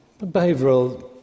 behavioural